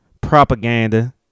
propaganda